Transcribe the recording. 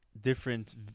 different